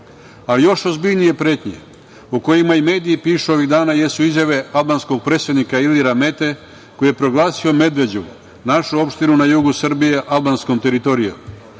porušili. Još ozbiljnije pretnje o kojima i mediji pišu ovih dana jesu izjave albanskog predsednika Iljira Mete koji je proglasio Medveđu, našu opštinu na jugu Srbije, albanskom teritorijom,